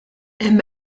hemm